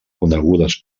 conegudes